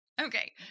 Okay